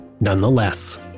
nonetheless